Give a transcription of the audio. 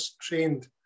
trained